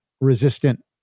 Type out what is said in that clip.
resistant